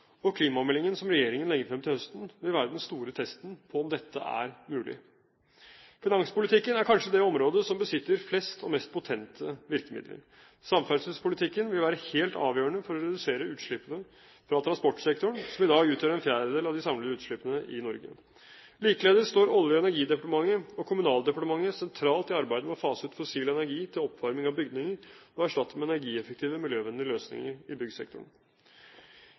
og klimameldingen som regjeringen legger frem til høsten, vil være den store testen på om dette er mulig. Finanspolitikken er kanskje det området som besitter flest og mest potente virkemidler. Samferdselspolitikken vil være helt avgjørende for å redusere utslippene fra transportsektoren, som i dag utgjør en fjerdedel av de samlede utslippene i Norge. Likeledes står Olje- og energidepartementet og Kommunaldepartementet sentralt i arbeidet med å fase ut fossil energi til oppvarming av bygninger, og erstatte med energieffektive, miljøvennlige løsninger i byggsektoren.